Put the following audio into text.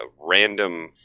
random